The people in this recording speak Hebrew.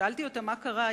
שאלתי אותה: מה קרה?